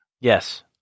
Yes